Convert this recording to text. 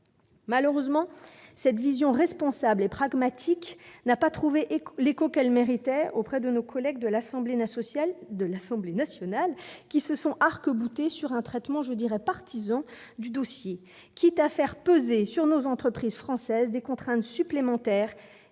Malheureusement, cette vision responsable et pragmatique n'a pas trouvé l'écho qu'elle méritait auprès de l'Assemblée nationale, qui s'est arc-boutée sur un traitement partisan du dossier, quitte à faire peser sur les entreprises françaises des contraintes supplémentaires